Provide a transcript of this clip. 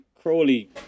Crowley